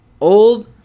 Old